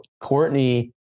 Courtney